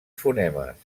fonemes